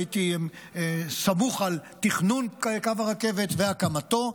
הייתי אמון על תכנון קו הרכבת והקמתו,